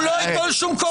הוא לא ייטול שום קורה.